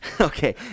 Okay